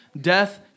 death